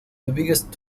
biggest